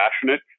passionate